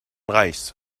reichs